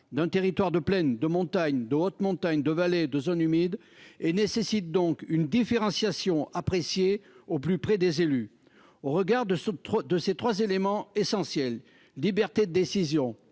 d'un territoire de plaine, de montagne, de haute montagne, de vallée, de zones humides. Elle nécessite donc une différenciation, appréciée au plus près des élus. Aussi, au regard de ces trois éléments essentiels- liberté de décision,